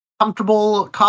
Comfortable